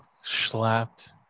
slapped